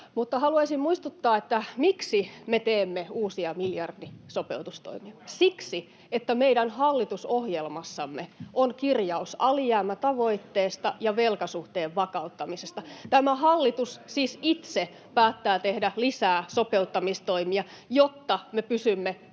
Haluaisin muistuttaa, miksi me teemme uusia miljardisopeutustoimia. Siksi, että meidän hallitusohjelmassamme on kirjaus alijäämätavoitteesta ja velkasuhteen vakauttamisesta. Tämä hallitus siis itse päättää tehdä lisää sopeuttamistoimia, jotta me pysymme sillä